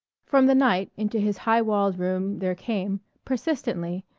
from the night into his high-walled room there came, persistently,